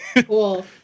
Cool